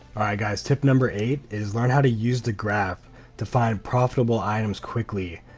alright, guys tip number eight is learn how to use the graph to find profitable items quickly.